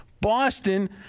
Boston